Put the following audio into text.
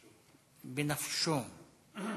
בנפשו.